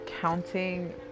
counting